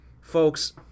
Folks